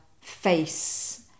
face